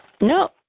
No